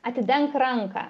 atidenk ranką